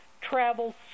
travels